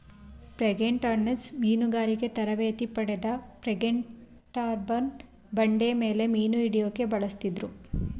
frigatebirds ಮೀನುಗಾರಿಕೆ ತರಬೇತಿ ಪಡೆದ ಫ್ರಿಗೇಟ್ಬರ್ಡ್ನ ಬಂಡೆಮೇಲೆ ಮೀನುಹಿಡ್ಯೋಕೆ ಬಳಸುತ್ತಿದ್ರು